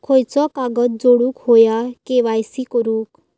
खयचो कागद जोडुक होयो के.वाय.सी करूक?